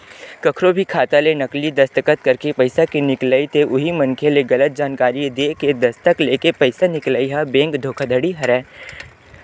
कखरो भी खाता ले नकली दस्कत करके पइसा के निकलई ते उही मनखे ले गलत जानकारी देय के दस्कत लेके पइसा निकलई ह बेंक धोखाघड़ी हरय